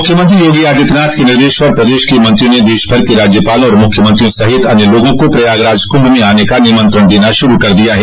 मुख्यमंत्री योगी आदित्यनाथ के निर्देश पर प्रदेश के मंत्रियों ने देशभर के राज्यपालों और मुख्यमंत्रियों सहित अन्य लोगों को प्रयागराज कुंभ में आने का निमंत्रण देना शुरू कर दिया है